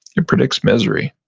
it predicts misery.